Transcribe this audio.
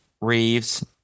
Reeves